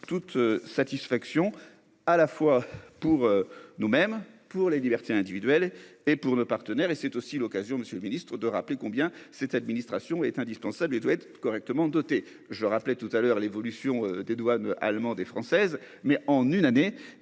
toute satisfaction à la fois pour nous-mêmes pour les libertés individuelles et pour nos partenaires et c'est aussi l'occasion, Monsieur le Ministre de rappeler combien cette administration est indispensable et doit être correctement doté, je le rappelais tout à l'heure, l'évolution des douanes allemandes et françaises mais en une année,